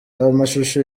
amashusho